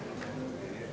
Hvala